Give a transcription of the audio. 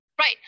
right